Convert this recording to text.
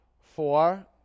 Four